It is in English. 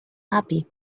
happy